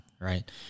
right